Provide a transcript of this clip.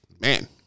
man